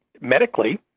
medically